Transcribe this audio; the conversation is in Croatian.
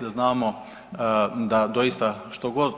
Znamo da doista što god